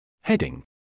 Heading